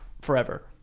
forever